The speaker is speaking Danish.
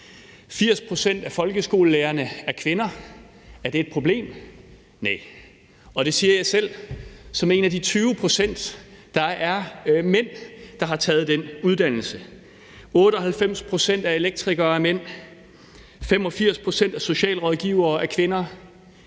80 pct. af folkeskolelærerne er kvinder. Er det et problem? Næh. Og det siger jeg som en af de 20 pct. mænd, der har taget den uddannelse. 98 pct. af alle elektrikere er mænd, og 85 pct. af alle socialrådgiverne er kvinder.